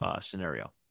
scenario